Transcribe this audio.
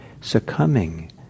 succumbing